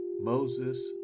Moses